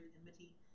enmity